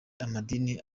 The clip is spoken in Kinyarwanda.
amadini